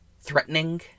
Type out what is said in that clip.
threatening